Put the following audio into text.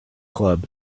club